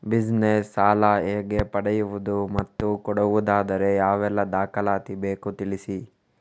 Business ಸಾಲ ಹೇಗೆ ಪಡೆಯುವುದು ಮತ್ತು ಕೊಡುವುದಾದರೆ ಯಾವೆಲ್ಲ ದಾಖಲಾತಿ ಬೇಕು ತಿಳಿಸಿ?